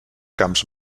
camps